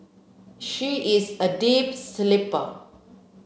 she is a deep sleeper